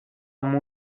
amb